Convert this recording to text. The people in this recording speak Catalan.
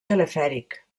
telefèric